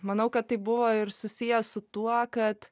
manau kad tai buvo ir susiję su tuo kad